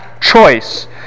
choice